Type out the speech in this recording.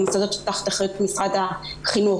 מהמוסדות שתחת אחריות משרד החינוך,